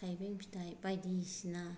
थाइबें फिथाइ बायदिसिना